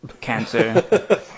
cancer